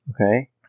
Okay